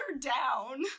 down